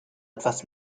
etwas